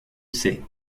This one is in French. sais